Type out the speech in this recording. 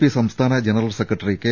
P സംസ്ഥാന general secretary K